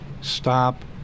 stop